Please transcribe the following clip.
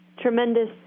tremendous